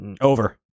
Over